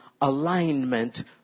alignment